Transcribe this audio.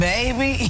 Baby